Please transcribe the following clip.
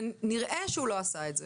ונראה שהוא לא עשה את זה.